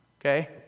Okay